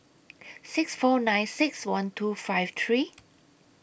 six four nine six one two five three